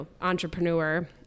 entrepreneur